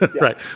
Right